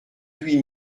huit